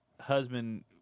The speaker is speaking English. husband